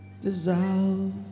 dissolve